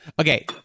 Okay